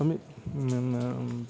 आम्ही न न